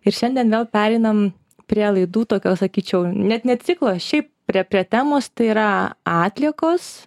ir šiandien vėl pereinam prie laidų tokio sakyčiau net ne ciklo šiaip prie prie temos tai yra atliekos